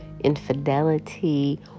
infidelity